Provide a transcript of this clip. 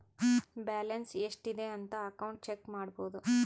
balance ಎಷ್ಟ್ ಇದೆ ಅಂತ ಅಕೌಂಟ್ ಚೆಕ್ ಮಾಡಬೋದು